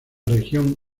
región